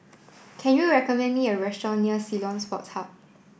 can you recommend me a restaurant near Ceylon Sports Club